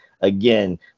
again